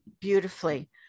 beautifully